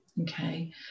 Okay